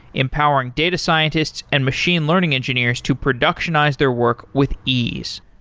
empowering data scientists and machine learning engineers to productionize their work with ease.